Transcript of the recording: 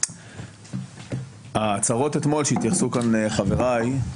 היושב-ראש, ההצהרות אתמול שהתייחסו אליהן חבריי,